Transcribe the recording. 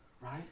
right